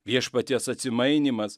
viešpaties atsimainymas